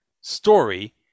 story